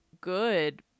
good